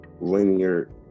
linear